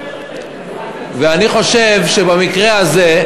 ואני חושב שבמקרה הזה,